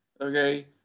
okay